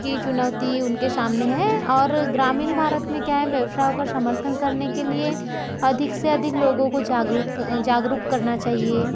की चुनौती उनके सामने है और ग्रामीण भारत में क्या है व्यवसायों का समर्थन करने के लिए अधिक से अधिक लोगों को जागरूक जागरूक करना चाहिए